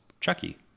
Chucky